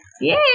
Yay